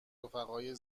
رفقای